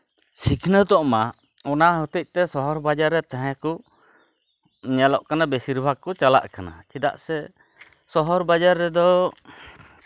ᱥᱤᱠᱷᱱᱟᱹᱛᱚᱜ ᱢᱟ ᱚᱱᱟ ᱦᱚᱛᱮᱡᱛᱮ ᱥᱚᱦᱚᱨ ᱵᱟᱡᱟᱨ ᱨᱮ ᱛᱟᱦᱮᱸ ᱠᱚ ᱧᱮᱞᱚᱜ ᱠᱟᱱᱟ ᱵᱮᱥᱤᱨ ᱵᱷᱟᱜᱽ ᱠᱚ ᱪᱟᱞᱟᱜ ᱠᱟᱱᱟ ᱪᱮᱫᱟᱜ ᱥᱮ ᱥᱚᱦᱚᱨ ᱵᱟᱡᱟᱨ ᱨᱮᱫᱚ